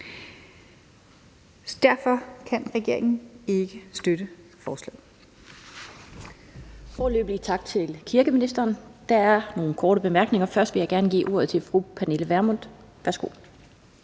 Derfor kan regeringen ikke støtte forslaget.